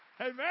Amen